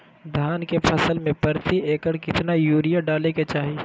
धान के फसल में प्रति एकड़ कितना यूरिया डाले के चाहि?